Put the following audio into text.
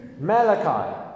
Malachi